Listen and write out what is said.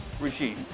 regime